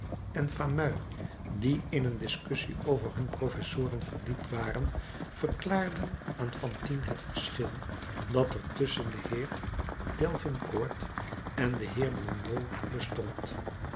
en fameuil die in een discussie over hun professoren verdiept waren verklaarden aan fantine het verschil dat er tusschen den heer delvincourt en den heer blondeau bestond